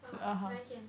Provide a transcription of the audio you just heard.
oh 哪一天